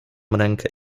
rękę